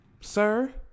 sir